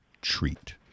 treat